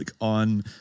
on